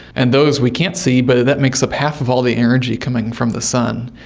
and those we can't see but that makes up half of all the energy coming from the sun.